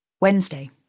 Wednesday